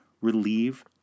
relieve